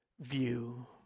View